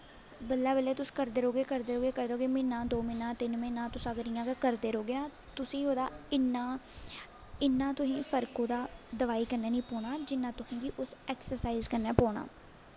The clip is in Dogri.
बल्लें बल्लें तुस करदे रौंह्दे करदे रौह्गे म्हीनां दो म्हीनां तिन्न म्हीनें अगर तुस इ'यां गै करदे रौह्गे ना तुसेंगी ओह्दा इन्ना इन्ना तुसेंगी फर्क ओह्दा दोआई कन्नै नी पौना जिन्ना उस दोआई कन्नै पौना